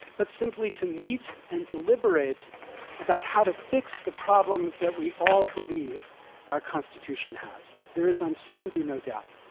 but simply to meet and deliberate about how to fix the problems that we all believe our constitution has. there is uncertainty, no doubt,